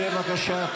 שב, בבקשה.